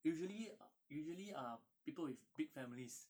usually usually err people with big families